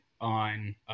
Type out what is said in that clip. on